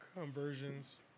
conversions